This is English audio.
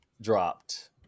dropped